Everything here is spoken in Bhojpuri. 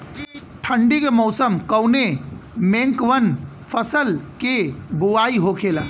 ठंडी के मौसम कवने मेंकवन फसल के बोवाई होखेला?